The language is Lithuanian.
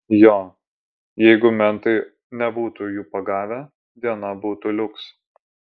jo jeigu mentai nebūtų jų pagavę diena būtų liuks